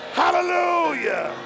hallelujah